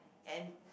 and